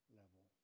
level